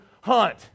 hunt